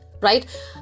right